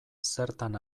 zertan